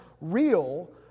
real